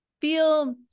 feel